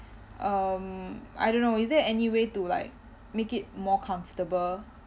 um I don't know is there any way to like make it more comfortable